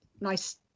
nice